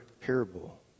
parable